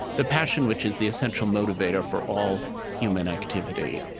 the passion which is the essential motivator for all human activity.